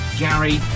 Gary